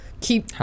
keep